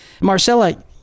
Marcella